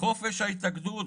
חופש ההתאגדות.